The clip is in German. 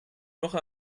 noch